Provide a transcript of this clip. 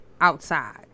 outside